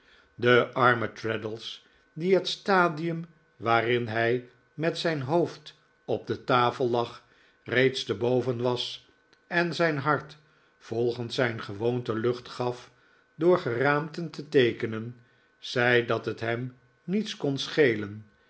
de arme traddles die het stadium waarin hij met zijn hoofd op de tafel lag reeds te boven was en zijn hart volgens zijn gewoonte lucht gaf door geraamten te teekenen zei dat het hem niets kon schelen